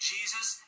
Jesus